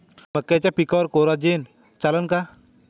मक्याच्या पिकावर कोराजेन चालन का?